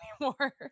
anymore